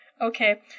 Okay